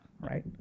right